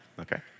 Okay